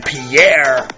Pierre